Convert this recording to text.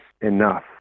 enough